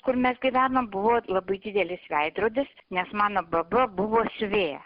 kur mes gyvenom buvo labai didelis veidrodis nes mano baba buvo siuvėja